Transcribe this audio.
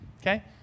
okay